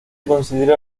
considera